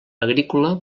agrícola